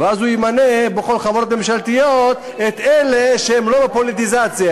ואז הוא ימנה בכל החברות הממשלתיות את אלה שהם לא פוליטיזציה,